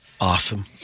Awesome